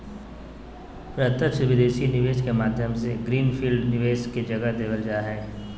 प्रत्यक्ष विदेशी निवेश के माध्यम से ग्रीन फील्ड निवेश के जगह देवल जा हय